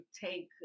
take